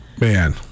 Man